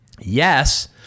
yes